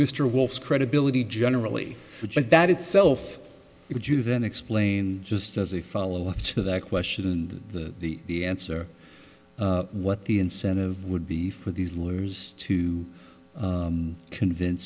mr wolf's credibility generally that itself would you then explain just as a follow up to that question and the the answer what the incentive would be for these lawyers to convince